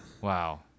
Wow